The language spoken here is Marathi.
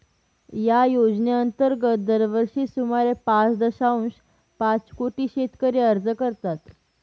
या योजनेअंतर्गत दरवर्षी सुमारे पाच दशांश पाच कोटी शेतकरी अर्ज करतात